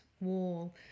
wall